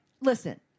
listen